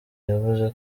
yavuze